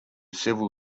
civil